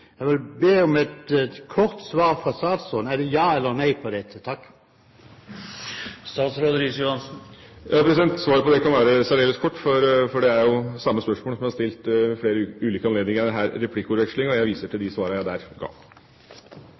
Jeg vil be om et kort svar fra statsråden. Er svaret ja eller nei? Svaret på det kan være særdeles kort, for det er jo det samme spørsmålet som er stilt ved flere ulike anledninger her i replikkordvekslingen, og jeg viser til de svarene jeg der ga.